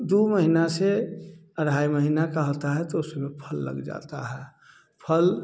दो महीना से ढाई महीना का होता है तो उसमें फल लग जाता है फल